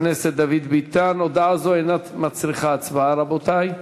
הודעה זו אינה מצריכה הצבעה, רבותי.